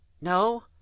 No